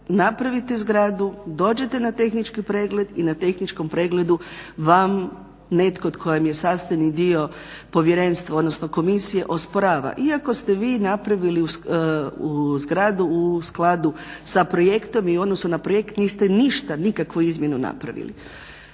napravite zgradu, dođete na tehnički pregled i na tehničkom pregledu vam netko tko vam je sastavni dio povjerenstva, odnosno komisije osporava, iako ste vi napravili zgradu u skladu s projektom i u odnosu na projekt niste ništa, nikakvu izmjenu napravili.